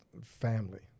family